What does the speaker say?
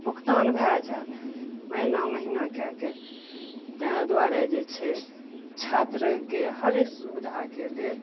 बुकतान भए जाएत महीना महीना कए कऽ तैँ दुआरे जे छै छात्रके हरेक सुबिधाके लेल